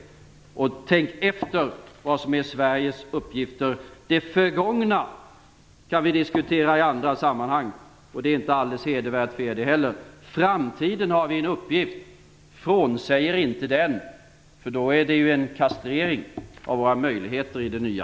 Och tänk efter vad som är Sveriges uppgifter. Det förgångna kan vi diskutera i andra sammanhang, och det är inte alldeles hedervärt för er det heller. I framtiden har vi en uppgift. Frånsäg er inte den, för då är det ju en kastrering av våra möjligheter i det nya